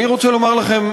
אני רוצה לומר לכם,